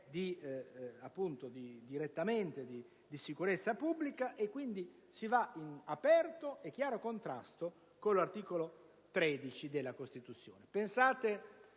chiaramente di sicurezza pubblica, andando in aperto e chiaro contrasto con l'articolo 13 della Costituzione.